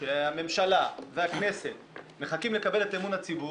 כשהממשלה והכנסת מחכים לקבל את אמון הציבור,